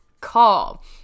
call